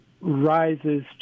rises